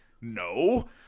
No